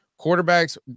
quarterbacks